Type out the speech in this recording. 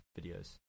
videos